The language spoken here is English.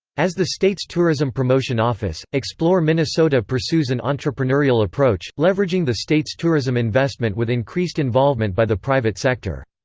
as the state's tourism promotion office, explore minnesota pursues an entrepreneurial approach, leveraging the state's tourism investment with increased involvement by the private sector.